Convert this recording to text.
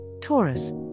Taurus